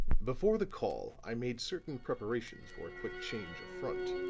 before the call i made certain preparations for a quick change of front,